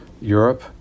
Europe